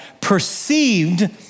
perceived